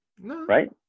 right